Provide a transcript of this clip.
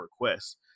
requests